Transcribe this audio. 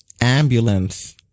ambulance